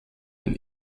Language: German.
den